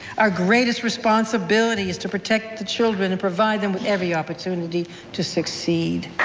our greatest responsibility is to protect the children and provide them with every opportunity to succeed.